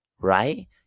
right